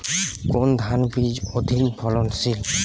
কোন ধান বীজ অধিক ফলনশীল?